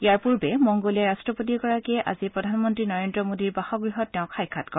ইয়াৰ পূৰ্বে মংগোলীয়াৰ ৰট্টপতিগৰাকীয়ে আজি প্ৰধানমন্তী নৰেন্দ্ৰ মোদীৰ বাসগৃহত তেওঁক সাক্ষাৎ কৰে